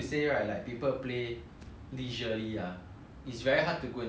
it's very hard to go into the competitive scene or like um